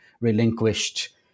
relinquished